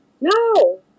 No